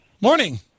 Morning